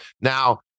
Now